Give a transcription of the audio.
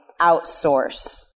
outsource